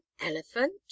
elephant